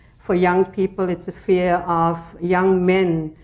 for young people, it's a fear of young men